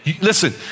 Listen